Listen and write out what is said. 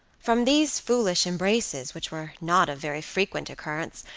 from these foolish embraces, which were not of very frequent occurrence,